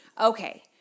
Okay